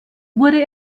wurde